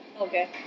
Okay